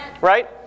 Right